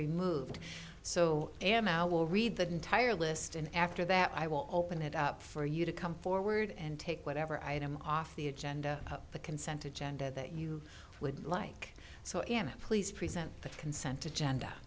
removed so am now will read the entire list and after that i will open it up for you to come forward and take whatever item off the agenda to consent to gender that you would like so am i please present the consent agenda